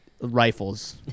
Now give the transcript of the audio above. rifles